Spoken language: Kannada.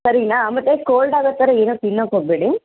ಸರೀನಾ ಮತ್ತು ಕೋಲ್ಡ್ ಆಗೋಥರ ಏನೂ ತಿನ್ನೋಕ್ಕೋಗಬೇಡಿ